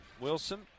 Wilson